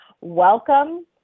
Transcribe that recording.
Welcome